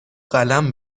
قلم